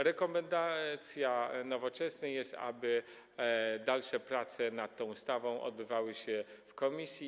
Rekomendacja Nowoczesnej jest taka, aby dalsze prace nad tą ustawą odbywały się w komisji.